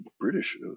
British